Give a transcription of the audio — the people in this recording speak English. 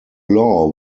law